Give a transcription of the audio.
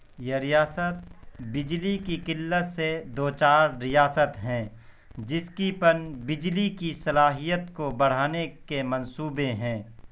یہ ریاست بجلی کی قلت سے دوچار ریاست ہیں جس کی پن بجلی کی صلاحیت کو بڑھانے کے منصوبے ہیں